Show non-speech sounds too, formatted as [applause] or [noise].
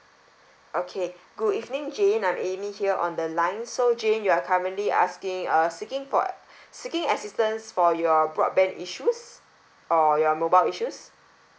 okay good evening jane I'm amy here on the line so jane you are currently asking uh seeking for [noise] seeking assistance for your broadband issues or your mobile issues